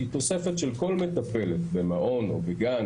כי תוספת של כל מטפלת במעון או בגן,